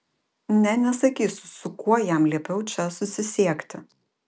ne nesakysiu su kuo jam liepiau čia susisiekti